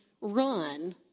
run